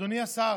אדוני השר,